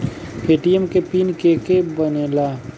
ATM के PIN के के बनेला?